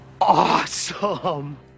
awesome